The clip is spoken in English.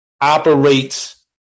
operates